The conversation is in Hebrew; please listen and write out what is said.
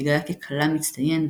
התגלה כקלע מצטיין,